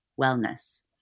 wellness